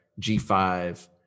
G5